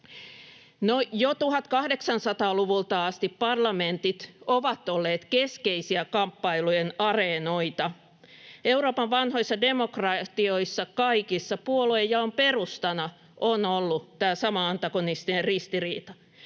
Jo 1800-luvulta asti parlamentit ovat olleet keskeisiä kamppailujen areenoita. Kaikissa Euroopan vanhoissa demokratioissa puoluejaon perustana on ollut tämä sama antagonistinen ristiriita,